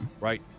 right